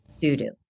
doo-doo